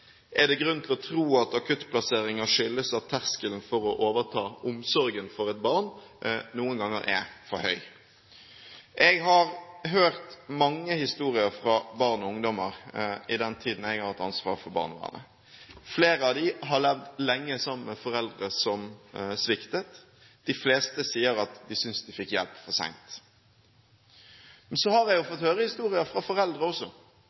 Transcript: Er det grunn til å tro at akuttplasseringer skyldes at terskelen for å overta omsorgen for et barn noen ganger er for høy? Jeg har hørt mange historier fra barn og ungdommer i den tiden jeg har hatt ansvaret for barnevernet. Flere av dem har levd lenge sammen med foreldre som sviktet. De fleste sier at de synes de fikk hjelp for sent. Men så har jeg også fått høre historier fra foreldre,